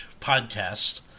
podcast